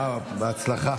בהצלחה.